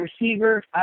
receiver